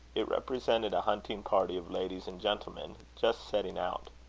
it represented a hunting-party of ladies and gentlemen, just setting out.